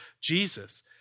Jesus